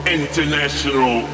international